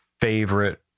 favorite